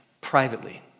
privately